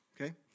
Okay